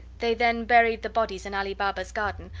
they then buried the bodies in ali baba's garden,